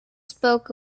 spoke